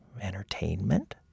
entertainment